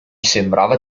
sembrava